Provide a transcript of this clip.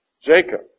Jacob